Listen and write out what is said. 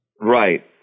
Right